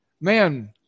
man